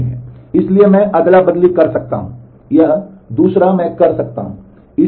इसलिए मैं अदला बदली कर सकता हूं यह दूसरा मैं कर सकता हूं